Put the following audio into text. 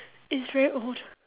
it's very old